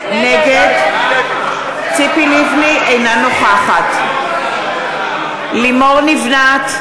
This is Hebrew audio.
נגד ציפי לבני, אינה נוכחת לימור לבנת,